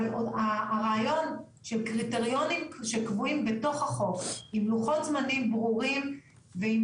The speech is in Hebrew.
הרעיון של קריטריונים שקבועים בתוך החוק עם לוחות זמנים ברורים ועם